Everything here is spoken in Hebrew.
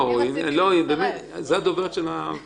קוגנטי, מחייב שאי אפשר להתנות